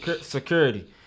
security